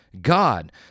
God